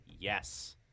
yes